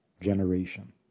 generation